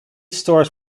stores